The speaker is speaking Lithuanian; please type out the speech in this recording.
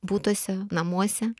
butuose namuose